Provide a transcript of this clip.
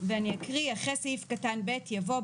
אי אפשר שלא ננגיש את השירותים הבסיסיים האלה בין אם זה מבנה ציבור,